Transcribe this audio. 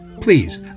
please